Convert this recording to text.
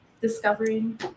discovering